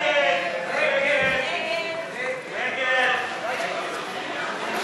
ולחלופין א' י"א של